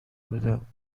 بودم